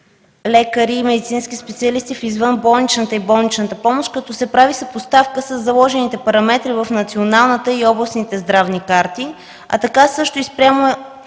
лекари и медицински специалисти в извънболничната и болничната помощ, като се прави съпоставка със заложените параметри в националната и областните здравни карти, а така също и спрямо